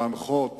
להנחות